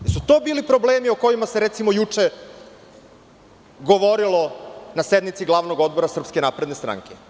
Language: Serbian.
Da li su to bili problemi o kojima se recimo juče govorilo na sednici Glavnog odbora Srpske napredne stranke?